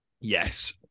Yes